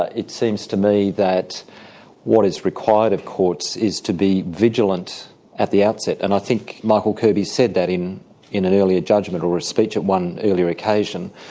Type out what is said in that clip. ah it seems to me that what is required of courts is to be vigilant at the outset, and i think michael kirby said that in in an earlier judgment, or a speech at one earlier occasion,